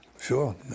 sure